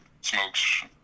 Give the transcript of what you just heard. smokes